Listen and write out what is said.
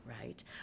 right